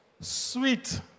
sweet